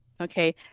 Okay